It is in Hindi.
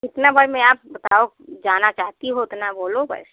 कितना बारे में आप बताओ जाना चाहती हो उतना बोलो बस